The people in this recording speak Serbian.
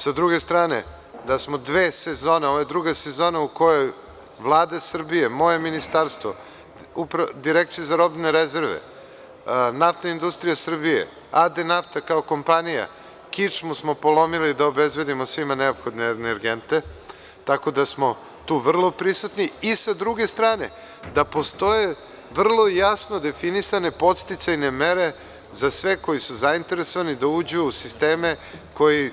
Sa druge strane, da smo dve sezone, ovo je druga sezona u kojoj Vlada Srbije, moje ministarstvo, Direkcija za robne rezerve, NIS, AD Nafta kao kompanija, kičmu smo polomili da obezbedimo svima neophodne energente, tako da smo tu vrlo prisutni i, sa druge strane, da postoje vrlo jasno definisane podsticajne mere za sve koji su zainteresovani da uđu u sisteme, koji